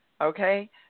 Okay